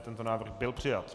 Tento návrh byl přijat.